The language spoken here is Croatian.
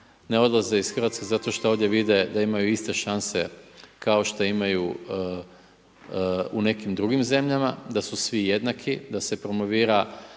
Ne odlaze iz Hrvatske zato što ovdje vide da imaju iste šanse kao što imaju u nekim drugim zemljama da su svi jednaki, da se promovira